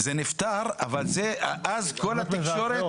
זה נפתר, אבל אז כל התקשורת --- תמונות מזעזעות.